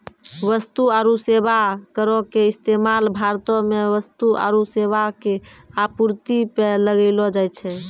वस्तु आरु सेबा करो के इस्तेमाल भारतो मे वस्तु आरु सेबा के आपूर्ति पे लगैलो जाय छै